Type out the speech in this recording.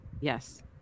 Yes